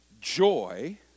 joy